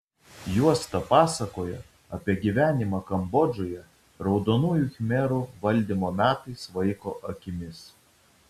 juosta pasakoja apie gyvenimą kambodžoje raudonųjų khmerų valdymo metais vaiko akimis